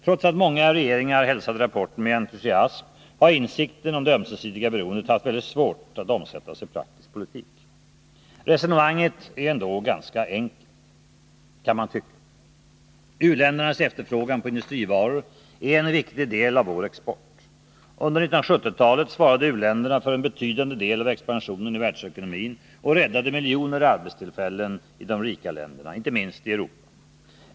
Trots att många regeringar hälsade rapporten med entusiasm, har insikten om det ömsesidiga beroendet haft väldigt svårt att omsättas i praktisk politik. Resonemanget är ändå ganska enkelt, kan man tycka. U-ländernas efterfrågan på industrivaror är en viktig del av vår export. Under 1970-talet svarade u-länderna för en betydande del av expansionen i världsekonomin och räddade miljoner arbetstillfällen i de rika länderna, inte minst i Europa.